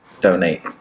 donate